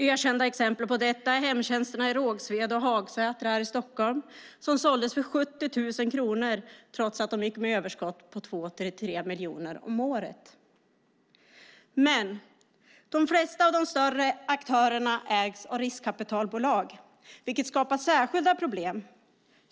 Ökända exempel på detta är hemtjänsterna i Rågsved och Hagsätra här i Stockholm som såldes för 70 000 kronor, trots att de gick med överskott på 2-3 miljoner om året. Men de flesta av de större aktörerna ägs av riskkapitalbolag, vilket skapar särskilda problem.